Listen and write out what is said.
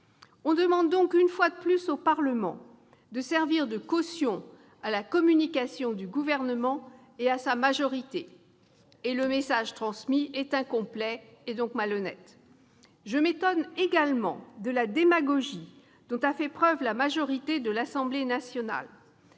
On demande une fois de plus au Parlement de servir de caution à la communication du Gouvernement et à sa majorité ! Le message transmis est incomplet, et donc malhonnête. Je m'étonne également de la démagogie dont a fait preuve la majorité de l'Assemblée nationale.